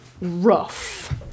rough